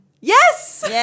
Yes